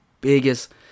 biggest